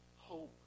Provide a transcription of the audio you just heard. hope